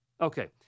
Okay